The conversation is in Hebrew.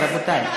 כנסת, רבותי.